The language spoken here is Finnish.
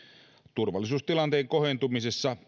turvallisuustilanteen kohentumisessa